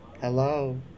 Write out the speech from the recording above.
Hello